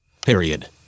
Period